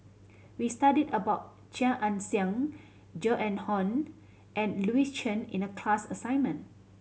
we studied about Chia Ann Siang Joan Hon and Louis Chen in the class assignment